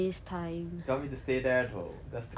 you want me to say there though that's the question